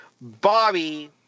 Bobby